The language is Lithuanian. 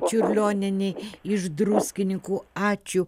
čiurlionienei iš druskininkų ačiū